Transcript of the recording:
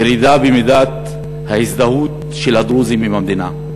ירידה במידת ההזדהות של הדרוזים עם המדינה.